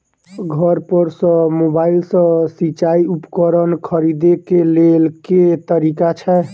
घर पर सऽ मोबाइल सऽ सिचाई उपकरण खरीदे केँ लेल केँ तरीका छैय?